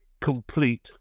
complete